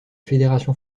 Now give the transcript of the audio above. fédération